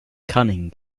cunning